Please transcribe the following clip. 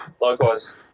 Likewise